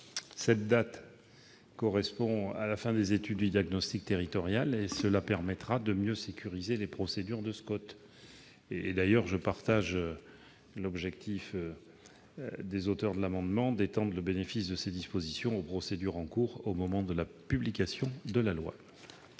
Cette date correspondant à la fin des études du diagnostic territorial, cela permettra de mieux sécuriser les procédures de SCOT. Je partage l'objectif des auteurs de l'amendement d'étendre le bénéfice de ces dispositions aux procédures en cours au moment de la publication de la loi.